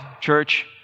church